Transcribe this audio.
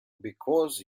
because